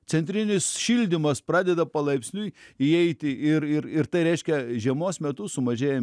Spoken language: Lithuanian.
centrinis šildymas pradeda palaipsniui įeiti ir ir ir tai reiškia žiemos metu sumažėja